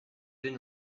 been